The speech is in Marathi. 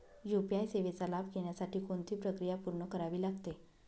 यू.पी.आय सेवेचा लाभ घेण्यासाठी कोणती प्रक्रिया पूर्ण करावी लागते?